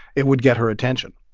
it would get her attention.